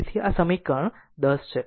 તેથી આ સમીકરણ 10 છે